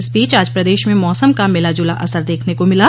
इस बीच आज प्रदेश में मौसम का मिला जुला असर देखने को मिला